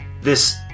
This-